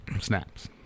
snaps